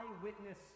eyewitness